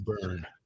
burn